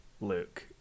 Luke